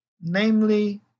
namely